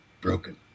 broken